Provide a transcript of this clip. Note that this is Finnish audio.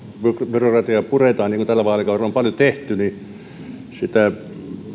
byrokratiaa puretaan niin kuin tällä vaalikaudella on paljon tehty niin sitä